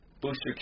Booster